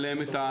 עליהם את הדעת.